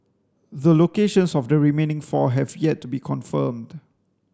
the locations of the remaining four have yet to be confirmed